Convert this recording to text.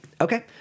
Okay